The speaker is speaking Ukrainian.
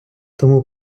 тому